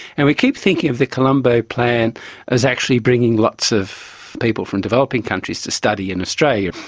and we keep thinking of the colombo plan as actually bringing lots of people from developing countries to study in australia,